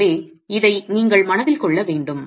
எனவே இதை நீங்கள் மனதில் கொள்ள வேண்டும்